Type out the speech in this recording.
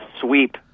sweep